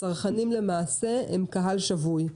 הצרכנים למעשה הם קהל שבוי.